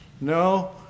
No